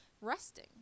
resting